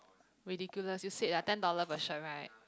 ridiculous you said lah ten dollar per shirt right